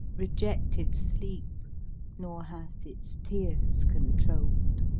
rejected sleep nor hath its tears controlled.